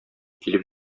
килеп